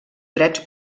drets